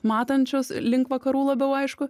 matančius link vakarų labiau aišku